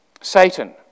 Satan